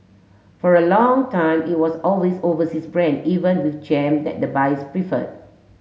for a long time it was always overseas brand even with jam that buyers preferred